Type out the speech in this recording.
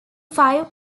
five